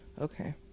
Okay